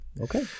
okay